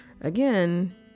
again